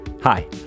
Hi